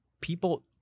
People